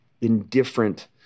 indifferent